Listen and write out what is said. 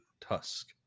Tusk